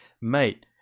mate